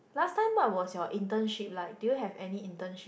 last time what was you internship like do you have any internship